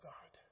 God